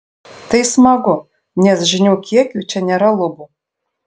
tai smagu nes žinių kiekiui čia nėra lubų